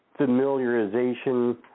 familiarization